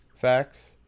facts